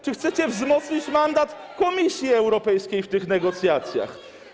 czy chcecie wzmocnić mandat Komisji Europejskiej w tych negocjacjach?